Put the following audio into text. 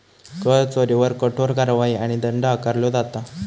कर चोरीवर कठोर कारवाई आणि दंड आकारलो जाता